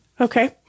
Okay